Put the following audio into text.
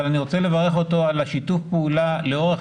אבל אני רוצה לברך אותו על שיתוף הפעולה לאורך